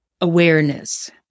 awareness